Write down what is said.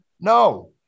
No